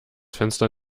fenster